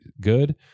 good